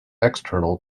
external